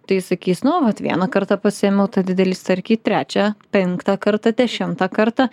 tai sakys nu vat vieną kartą pasiėmiau tą didelį starkį trečią penktą kartą dešimtą kartą